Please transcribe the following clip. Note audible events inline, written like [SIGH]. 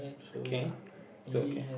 okay [BREATH] you okay